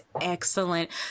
excellent